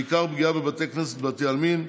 בעיקר פגיעה בבתי כנסת ובבתי עלמין,